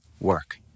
work